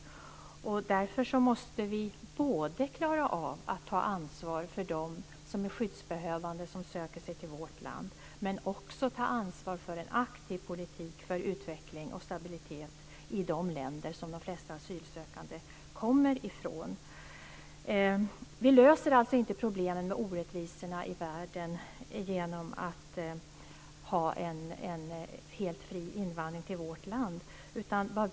Därför måste vi klara av att ta ansvar för dem som är skyddsbehövande och som söker sig till vårt land, men vi måste också ta ansvar för en aktiv politik för utveckling och stabilitet i de länder som de flesta asylsökande kommer från. Vi löser alltså inte problemen med orättvisorna i världen genom att ha en helt fri invandring till vårt land.